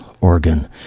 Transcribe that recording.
organ